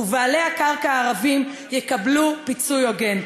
ובעלי הקרקע הערבים יקבלו פיצוי הוגן.